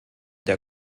der